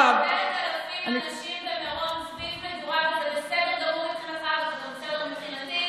10,000 אנשים במירון סביב מדורה זה בסדר גמור מבחינתך וגם בסדר מבחינתי,